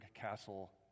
Castle